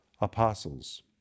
apostles